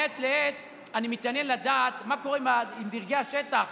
מעת לעת אני מתעניין לדעת מה קורה עם דרגי השטח